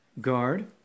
guard